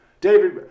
David